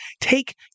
Take